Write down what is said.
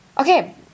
okay